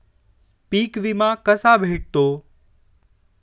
पीक विमा कसा भेटतो?